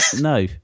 No